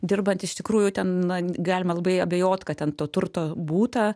dirbant iš tikrųjų ten galima labai abejot kad ten to turto būta